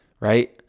right